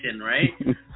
right